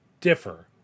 differ